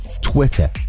Twitter